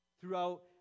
throughout